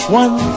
one